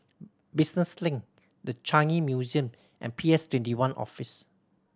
Business Link The Changi Museum and P S Twenty one Office